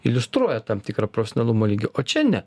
iliustruoja tam tikrą profesionalumo lygį o čia ne